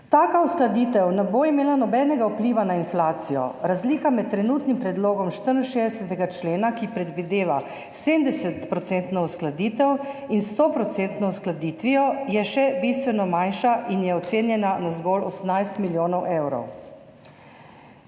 Taka uskladitev ne bo imela nobenega vpliva na inflacijo. Razlika med trenutnim predlogom 64. člena, ki predvideva 70-odstotno uskladitev, in 100-odstotno uskladitvijo je še bistveno manjša in je ocenjena na zgolj 18 milijonov evrov.